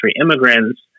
immigrants